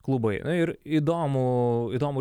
klubai ir įdomu įdomu